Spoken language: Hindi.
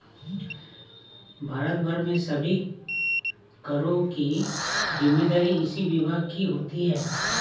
भारत भर में सभी करों की जिम्मेदारी इसी विभाग की होती है